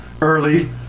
early